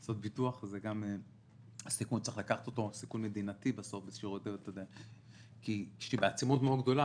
לעשות ביטוח זה גם סיכון מדינתי בסוף כי שזה בעצימות מאוד גדולה,